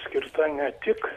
skirta ne tik